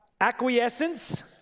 Acquiescence